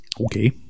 Okay